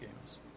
games